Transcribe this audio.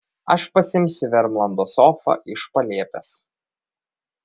aš pasiimsiu vermlando sofą iš palėpės